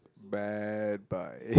bad bye